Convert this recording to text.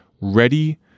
Ready